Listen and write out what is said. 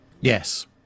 yes